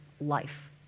life